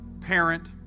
parent